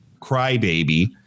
Crybaby